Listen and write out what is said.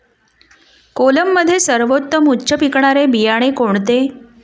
कोलममध्ये सर्वोत्तम उच्च पिकणारे बियाणे कोणते?